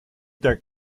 der